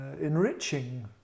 enriching